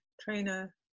trainer